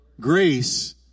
Grace